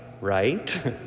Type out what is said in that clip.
right